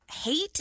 Hate